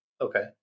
Okay